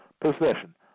possession